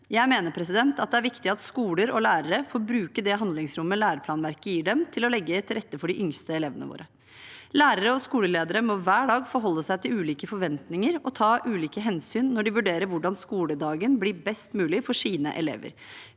Jeg mener det er viktig at skoler og lærere får bruke det handlingsrommet læreplanverket gir dem, til å legge til rette for de yngste elevene våre. Lærere og skoleledere må hver dag forholde seg til ulike forventninger og ta ulike hensyn når de vurderer hvordan skoledagen blir best mulig for sine elever.